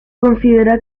considera